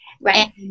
Right